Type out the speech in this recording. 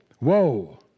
woe